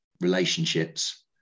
relationships